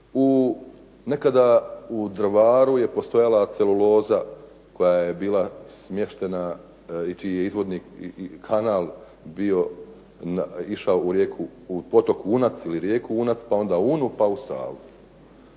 Nekada u Drvaru je postojala celuloza koja je bila smještena i čiji je izvorni kanal išao u potok Unac ili rijeku Unac pa onda Unu pa u Savu.